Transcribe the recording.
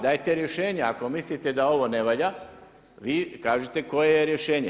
Dajte rješenja ako mislite da ovo ne valja, vi kažite koje je rješenje.